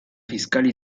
fiscal